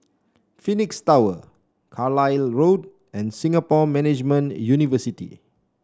Phoenix Tower Carlisle Road and Singapore Management University